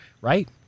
right